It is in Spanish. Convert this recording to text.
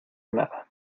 nada